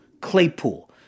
Claypool